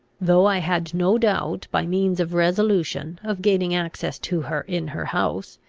though i had no doubt, by means of resolution, of gaining access to her in her house,